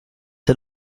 had